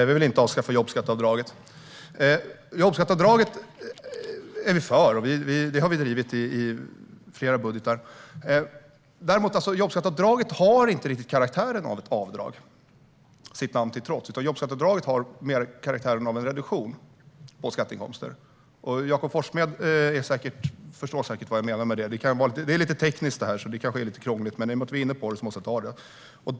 Fru talman! Svaret är nej. Vi vill inte avskaffa jobbskatteavdraget. Vi är för jobbskatteavdraget, och det har vi drivit i flera budgetar. Däremot har jobbskatteavdraget, sitt namn till trots, inte karaktären av ett avdrag. Jobbskatteavdraget har mer karaktären av en reduktion på skatteinkomster. Jakob Forssmed förstår säkert vad jag menar med det. Detta är lite tekniskt och kanske lite krångligt, men i och med att vi är inne på detta måste jag ta upp det.